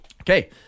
Okay